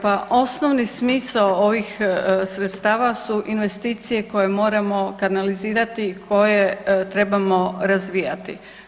Pa osnovni smisao ovih sredstava su investicije koje moramo kanalizirati i koje trebamo razvijati.